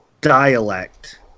dialect